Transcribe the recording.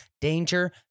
danger